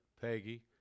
Peggy